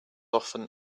often